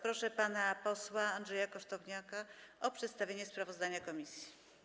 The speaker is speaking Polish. Proszę pana posła Andrzeja Kosztowniaka o przedstawienie sprawozdania komisji.